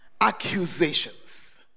Accusations